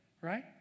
Right